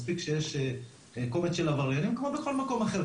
מספיק שיש קומץ של עבריינים כמו בכל מקום אחר,